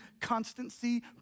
constancy